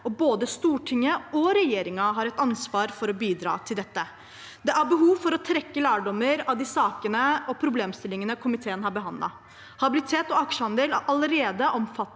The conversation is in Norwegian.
og både Stortinget og regjeringen har et ansvar for å bidra til dette. Det er behov for å trekke lærdommer av de sakene og problemstillingene komiteen har behandlet. Habilitet og aksjehandel er allerede omfattet